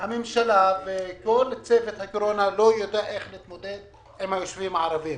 הממשלה וכל צוות הקורונה לא ידע איך להתמודד עם הישובים הערביים.